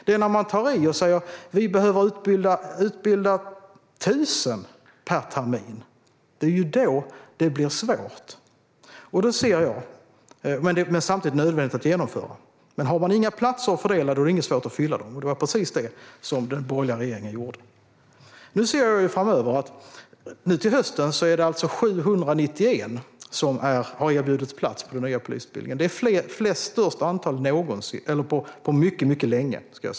Det är när man tar i och säger att vi behöver utbilda tusen per termin som det blir svårt, men det är samtidigt nödvändigt att genomföra. Har man inga platser är det inte svårt att fylla dem. Det var precis det som den borgerliga regeringen gjorde. Nu till hösten är det 791 som har erbjudits plats på den nya polisutbildningen. Det är det största antalet på mycket länge.